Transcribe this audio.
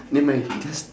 never mind just